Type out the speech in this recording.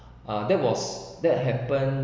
ah that was that happened